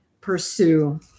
pursue